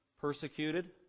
persecuted